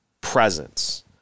presence